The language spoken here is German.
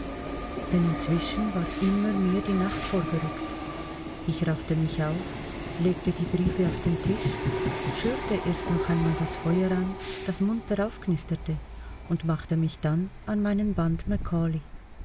denn inzwischen war immer mehr die nacht vorgerückt ich raffte mich auf legte die briefe auf den tisch schürte erst noch einmal das feuer an das munter aufknisterte und machte mich dann an meinen band